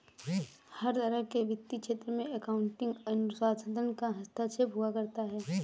हर तरह के वित्तीय क्षेत्र में अकाउन्टिंग अनुसंधान का हस्तक्षेप हुआ करता है